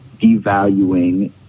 devaluing